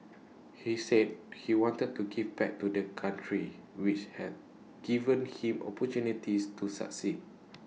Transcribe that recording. he said he wanted to give back to the country which had given him opportunities to succeed